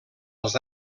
els